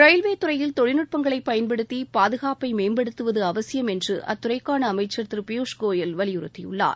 railway துறையில் தொழில்நுட்பங்களை பயன்படுத்தி பாதுகாப்பை மேம்படுத்துவது அவசியம் என்று அத்துறைக்கான அமைச்சர் திரு பியூஷ் கோயல் வலியுறுத்தியுள்ளார்